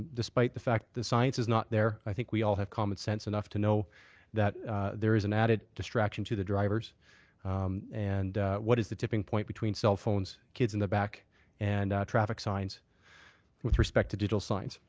despite the fact the science is not there, i think we all have common sense enough to know there is an added distraction to the drivers and what is the tipping point between cellphones, kids in the back and traffic signs with respect to digital signs?